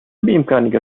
بإمكانك